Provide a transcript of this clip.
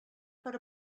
per